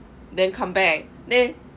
then come back then